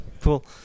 Cool